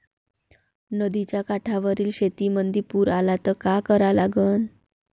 नदीच्या काठावरील शेतीमंदी पूर आला त का करा लागन?